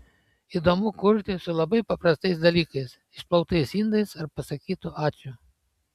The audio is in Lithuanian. įdomu kurti su labai paprastais dalykais išplautais indais ar pasakytu ačiū